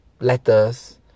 letters